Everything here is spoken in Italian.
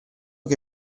che